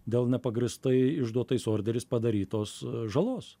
dėl nepagrįstai išduotais orderiais padarytos žalos